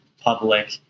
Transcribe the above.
public